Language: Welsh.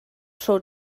tro